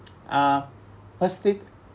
uh first take